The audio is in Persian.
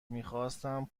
میخواستم